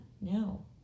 No